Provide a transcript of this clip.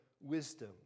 wisdom